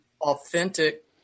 authentic